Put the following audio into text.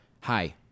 hi